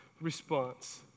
response